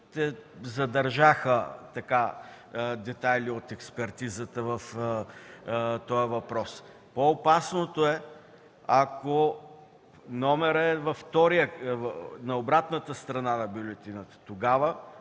задържаха детайли от експертизата в този въпрос. По-опасното е, ако номерът е на обратната страна на бюлетината. Тогава,